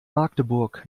magdeburg